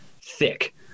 thick